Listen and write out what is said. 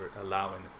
allowing